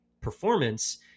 performance